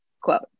quote